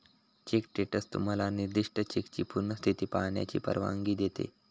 check status तुम्हाला निर्दिष्ट चेकची पूर्ण स्थिती पाहण्याची परवानगी देते